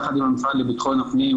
יחד עם המשרד לביטחון הפנים,